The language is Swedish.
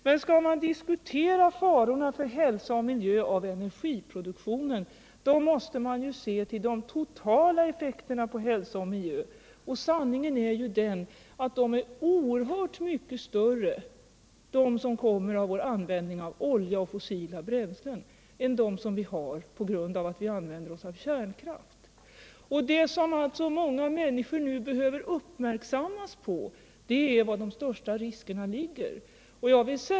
Men skall man diskutera farorna för hälsa och miljö av energiproduktionen, måste man väl se till de totala effekterna på hälsa och miljö. Och sanningen är den att effekterna av vår användning av olja och fossila bränslen är oerhört mycket större än de vi får av kärnkraft. Det som alltså många människor behöver uppmärksammas på är var de största riskerna ligger.